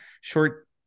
short